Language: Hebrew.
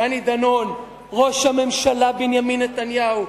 דני דנון, ראש הממשלה בנימין נתניהו,